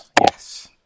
Yes